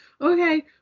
okay